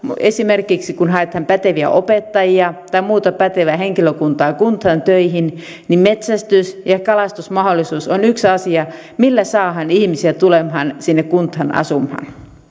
esimerkiksi kun haetaan päteviä opettajia tai muuta pätevää henkilökuntaa kuntaan töihin niin metsästys ja kalastusmahdollisuus on yksi asia millä saadaan ihmisiä tulemaan sinne kuntaan asumaan